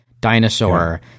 dinosaur